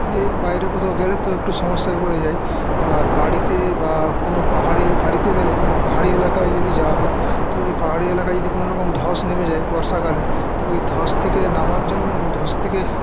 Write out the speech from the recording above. এ বাইরে কোথাও গেলে তো একটু সমস্যায় পড়ে যাই আর গাড়িতে বা কোনো পাহাড়ে গাড়িতে গেলে কোন পাহাড়ি এলাকায় যদি যাওয়া হয় তো ওই পাহাড়ি এলাকায় যদি কোনো রকম ধ্বস নেমে যায় বর্ষাকালে তো এই ধ্বস থেকে নামার জন্য ধ্বস থেকে